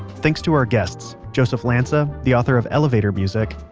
thanks to our guests joseph lanza, the author of elevator music,